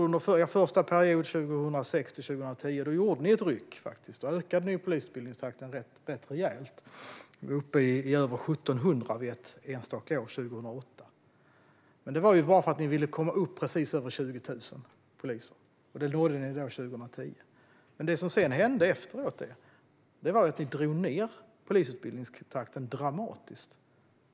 Under er första period, 2006-2010, gjorde ni faktiskt ett ryck och ökade polisutbildningstakten rätt rejält. Ni var uppe i över 1 700 ett enstaka år, 2008. Men det var ju bara för att ni ville komma upp i precis över 20 000 poliser, och det gjorde ni 2010. Men det som sedan hände var att ni drog ned polisutbildningstakten dramatiskt.